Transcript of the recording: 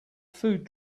food